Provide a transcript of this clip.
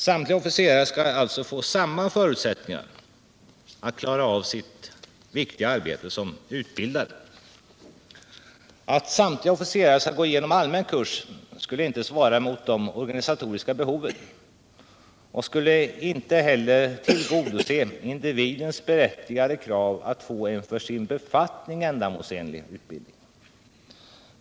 Samtliga officerare skall alltså få samma förutsättningar att klara av sitt viktiga arbete som utbildare. Att samtliga officerare skulle gå igenom allmän kurs skulle inte svara mot de organisatoriska behoven och skulle inte heller tillgodose individens berättigade krav att få en för sin befattning ändamålsenlig utbildning.